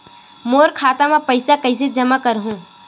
मोर खाता म पईसा कइसे जमा करहु?